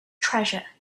treasure